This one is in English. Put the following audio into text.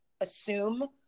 assume